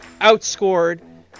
outscored